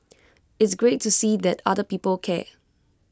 it's great to see that other people care